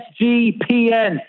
SGPN